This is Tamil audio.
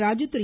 ராஜு திரு